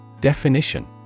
Definition